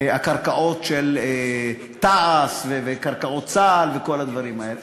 הקרקעות של תע"ש וקרקעות צה"ל וכל הדברים האלה.